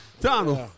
Donald